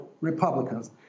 Republicans